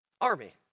army